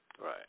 Right